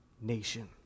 nation